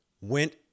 went